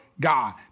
God